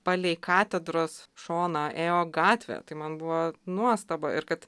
palei katedros šoną ėjo gatvė tai man buvo nuostaba ir kad